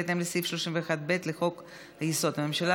ובהתאם לסעיף 31(ב) לחוק-יסוד: הממשלה,